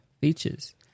features